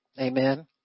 Amen